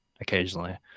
occasionally